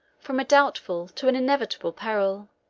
from a doubtful, to an inevitable peril.